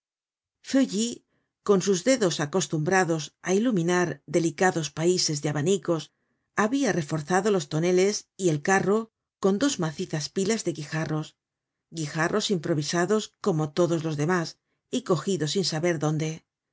con sus dedos acostumbrados á iluminar delicados paises de abanicos habia reforzado los toneles y el carro con dos macizas pilas de guijarros guijarros improvisados como todos los demás y cogidos sin saber dónde